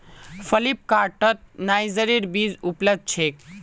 फ्लिपकार्टत नाइजरेर बीज उपलब्ध छेक